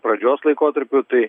pradžios laikotarpiu tai